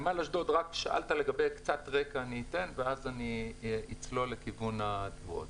אני אתן קצת רקע לפני שאני אצלול לכיוון התבואות.